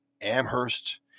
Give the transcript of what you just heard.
Amherst